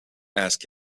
ask